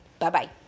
Bye-bye